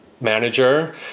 manager